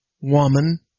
woman